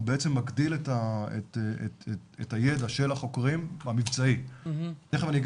הוא מגדיל את הידע המבצעי של החוקרים.